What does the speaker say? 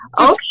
Okay